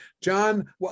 John